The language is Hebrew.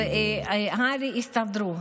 אז הר"י התנגדו,